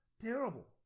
Terrible